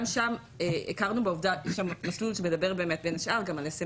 יש שם בין השאר מסלול שמדבר גם על SMS